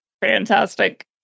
Fantastic